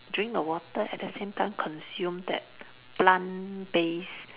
drink the water at the same time consume that plant based